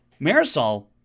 Marisol